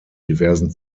diversen